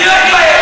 אני לא אתבייש.